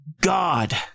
God